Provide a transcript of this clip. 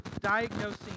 diagnosing